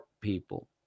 people